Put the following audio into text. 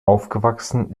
aufgewachsen